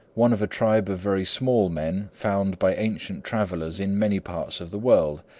one of a tribe of very small men found by ancient travelers in many parts of the world,